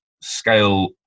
scale